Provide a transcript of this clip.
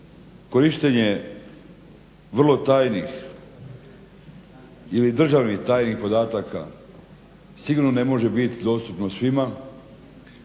korištenje vrlo tajnih ili državnih tajnih podataka sigurno ne može biti dostupno svima